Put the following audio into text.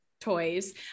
toys